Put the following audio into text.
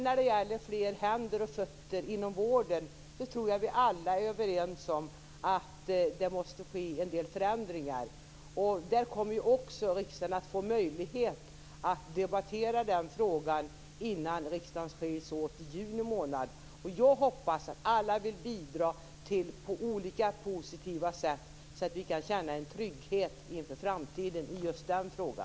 När det gäller fler händer inom vården, tror jag att vi alla är överens om att det måste ske en del förändringar. Detta kommer riksdagen att få möjlighet att debattera innan riksdagen skiljs åt i juni. Jag hoppas att alla vill bidra på ett positivt sätt, så att vi kan känna en trygghet inför framtiden i just denna fråga.